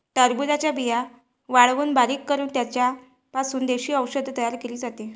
टरबूजाच्या बिया वाळवून बारीक करून त्यांचा पासून देशी औषध तयार केले जाते